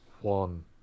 one